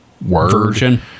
version